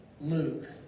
Luke